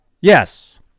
Yes